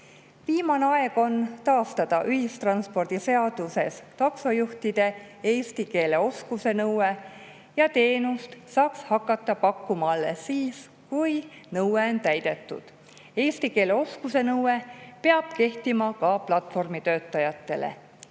Viimane aeg on taastada ühistranspordiseaduses taksojuhtide eesti keele oskuse nõue ja [tingimus, et] teenust saaks hakata pakkuma alles siis, kui nõue on täidetud. Eesti keele oskuse nõue peab kehtima ka platvormitöötajatele. Keel